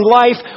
life